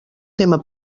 tema